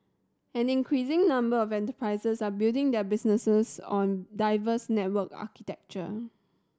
an increasing number of enterprises are building their business on diverse network architecture